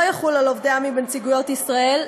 לא יחול על עובדי עמ"י בנציגויות ישראל,